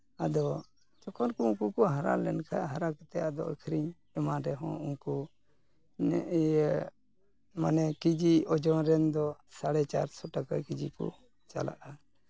ᱟᱫᱚ ᱡᱚᱠᱷᱚᱱ ᱠᱚ ᱩᱱᱠᱩ ᱠᱚ ᱦᱟᱨᱟ ᱞᱮᱱᱠᱷᱟᱡ ᱦᱟᱨᱟ ᱠᱟᱛᱮᱫ ᱟᱫᱚ ᱟᱹᱠᱷᱨᱤᱧ ᱮᱢᱟᱱ ᱨᱮᱦᱚᱸ ᱩᱱᱠᱩ ᱤᱭᱟᱹ ᱢᱟᱱᱮ ᱠᱮᱡᱤ ᱳᱡᱳᱱ ᱨᱮᱱ ᱫᱚ ᱥᱟᱲᱮ ᱪᱟᱨᱥᱚ ᱴᱟᱠᱟ ᱠᱤᱡᱤ ᱠᱚ ᱪᱟᱞᱟᱜᱼᱟ